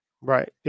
Right